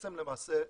למעשה,